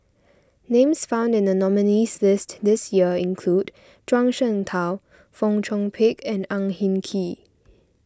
names found in the nominees' list this year include Zhuang Shengtao Fong Chong Pik and Ang Hin Kee